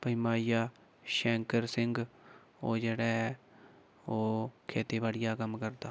पंजमा आई गेआ शैंकर सिंह ओह् जेह्ड़ा ऐ ओह् खेतीबाड़ी दा कम्म करदा